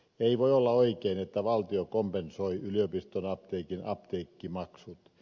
ei voi olla oikein että valtio kompensoi yliopiston apteekin apteekkimaksut